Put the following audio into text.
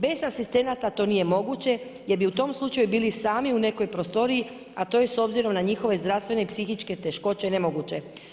Bez asistenata to nije moguće, jer bi u tom slučaju bili sami u nekoj prostoriji, a to je s obzirom na njihove zdravstvene i psihičke teškoće nemoguće.